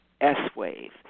S-wave